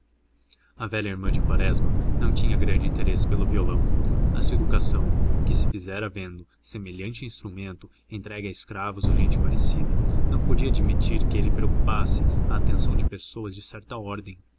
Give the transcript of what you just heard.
a velha irmã de quaresma não tinha grande interesse pelo violão a sua educação que se fizera vendo semelhante instrumento entregue a escravos ou gente parecida não podia admitir que ele preocupasse a atenção de pessoas de certa ordem